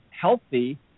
healthy